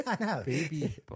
baby